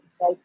right